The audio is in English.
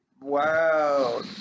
Wow